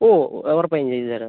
ഓ ഉറപ്പായും ചെയ്തുതരാം